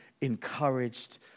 encouraged